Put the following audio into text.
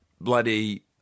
bloody